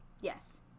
Yes